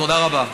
תודה רבה.